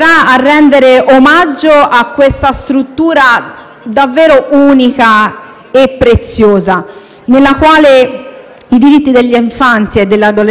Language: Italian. e preziosa, nella quale i diritti dell'infanzia e dell'adolescenza hanno sempre avuto il primo posto, dove